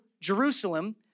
Jerusalem